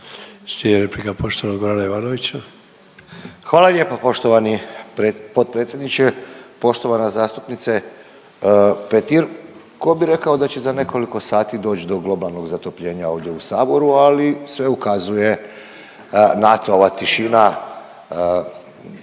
Slijedi replika poštovanog Gorana Ivanovića. **Ivanović, Goran (HDZ)** Hvala lijepo poštovani potpredsjedniče. Poštovana zastupnice Petir, ko bi rekao da će za nekoliko sati doć do globalnog zatopljenja ovdje u saboru, ali sve ukazuje na to, ova tišina,